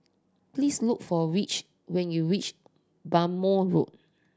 please look for Rich when you reach Bhamo Road